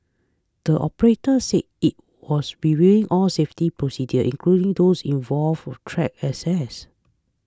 the operator said it was be reviewing all safety procedures including those involve track access